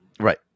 Right